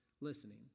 listening